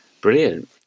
Brilliant